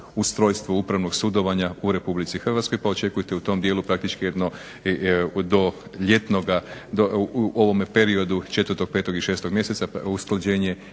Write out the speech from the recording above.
ustrojstvo upravnog sudovanja u RH pa očekujete u tom dijelu praktički jedno do ljetnoga u ovome periodu 4., 5. i 6. mjeseca usklađenje